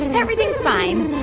and everything's fine.